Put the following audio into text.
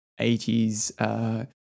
80s